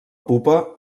pupa